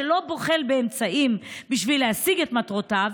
שלא בוחל באמצעים בשביל להשיג את מטרותיו,